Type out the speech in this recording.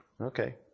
Okay